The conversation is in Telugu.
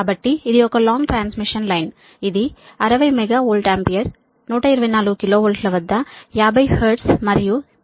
కాబట్టి ఇది ఒక లాంగ్ ట్రాన్స్మిషన్ లైన్ ఇది 60 MVA124 KV వద్ద 50 హెర్ట్జ్ మరియు 0